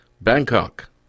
Bangkok